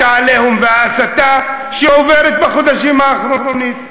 ה"עליהום" וההסתה שהם עוברים בחודשים האחרונים.